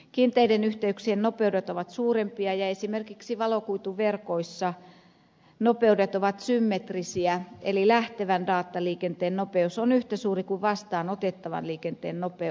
kiinteiden yhteyksien nopeudet ovat suurempia ja esimerkiksi valokuituverkoissa nopeudet ovat symmetrisiä eli lähtevän dataliikenteen nopeus on yhtä suuri kuin vastaanotettavan liikenteen nopeus